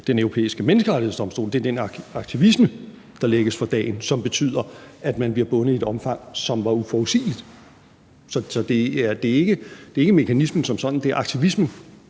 Den Europæiske Menneskerettighedsdomstol, er den aktivisme, der lægges for dagen, som betyder, at man bliver bundet i et omfang, som er uforudsigeligt. Så det er ikke mekanismen som sådan, men det er aktivismen,